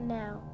now